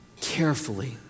carefully